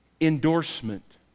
endorsement